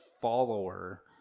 follower